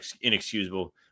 inexcusable